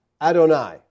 Adonai